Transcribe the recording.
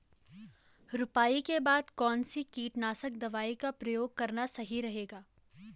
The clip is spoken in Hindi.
रुपाई के बाद कौन सी कीटनाशक दवाई का प्रयोग करना सही रहेगा?